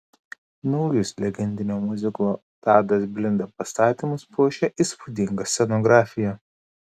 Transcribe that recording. naujus legendinio miuziklo tadas blinda pastatymus puošia įspūdinga scenografija